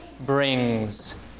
brings